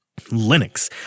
Linux